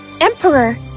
emperor